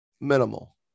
Minimal